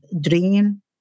dream